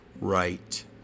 right